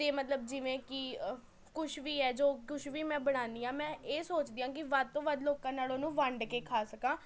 ਅਤੇ ਮਤਲਬ ਜਿਵੇਂ ਕਿ ਕੁਛ ਵੀ ਹੈ ਜੋ ਕੁਛ ਵੀ ਮੈਂ ਬਣਾਨੀ ਹਾਂ ਮੈਂ ਇਹ ਸੋਚਦੀ ਹਾਂ ਕਿ ਵੱਧ ਤੋਂ ਵੱਧ ਲੋਕਾਂ ਨਾਲ ਉਹਨੂੰ ਵੰਡ ਕੇ ਖਾ ਸਕਾਂ